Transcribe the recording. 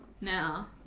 now